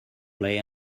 play